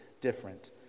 different